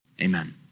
Amen